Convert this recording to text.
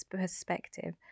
perspective